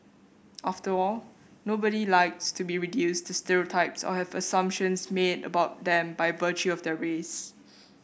after all nobody likes to be reduced to stereotypes or have assumptions made about them by virtue of their race